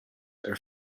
are